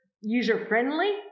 user-friendly